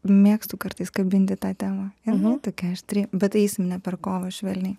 mėgstu kartais kabinti tą temą jinai tokia aštri bet eisim ne per kovą švelniai